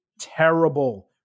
terrible